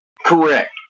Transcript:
Correct